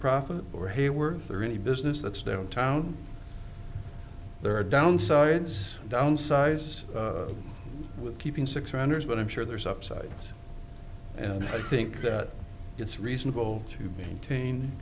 profit or hayworth or any business that's down town there are downsides downsize with keeping six renters but i'm sure there's upsides and i think that it's reasonable to maintain